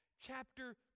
chapter